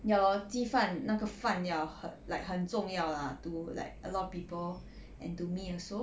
ya lor 鸡饭那个饭要很 like 很重要 lah to like a lot of people and to me also